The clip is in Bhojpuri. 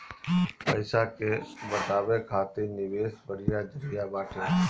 पईसा के बढ़ावे खातिर निवेश बढ़िया जरिया बाटे